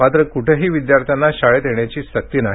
मात्र कुठेही विद्यार्थ्यांना शाळेत येण्याची सक्ती नाही